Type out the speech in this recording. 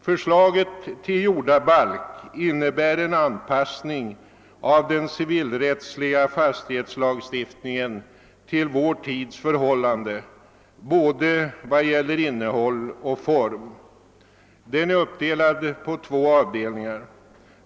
Förslaget till jordabalk innebär en anpassning av den civilrättsliga fastighetslagstiftningen till vår tids förhållanden både vad gäller innehåll och form. Den är uppdelad på två avdelningar.